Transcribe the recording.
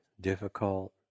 difficult